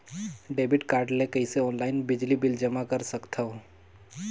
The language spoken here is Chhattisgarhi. डेबिट कारड ले कइसे ऑनलाइन बिजली बिल जमा कर सकथव?